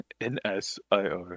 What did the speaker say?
N-S-I-R